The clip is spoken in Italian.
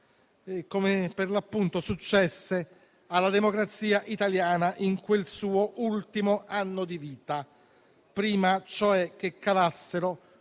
come per l'appunto successe alla democrazia italiana in quel suo ultimo anno di vita, prima cioè che calassero